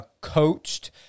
coached